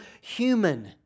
human